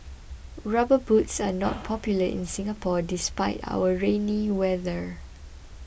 rubber boots are not popular in Singapore despite our rainy weather